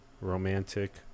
romantic